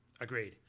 Agreed